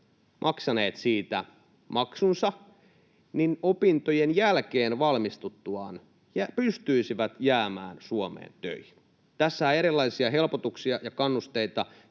maksaneet siitä maksunsa, opintojen jälkeen valmistuttuaan pystyisivät jäämään Suomeen töihin. Tässä on erilaisia helpotuksia ja kannusteita